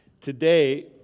today